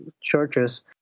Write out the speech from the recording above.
churches